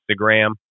Instagram